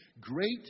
Great